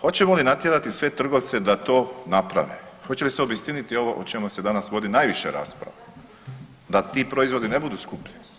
Hoćemo li natjerati sve trgovce da to naprave, hoće li se obistiniti ovo o čemu se danas vodi najviše rasprave, da ti proizvodi ne budu skuplji.